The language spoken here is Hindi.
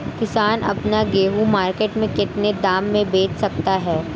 किसान अपना गेहूँ मार्केट में कितने दाम में बेच सकता है?